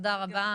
תודה רבה.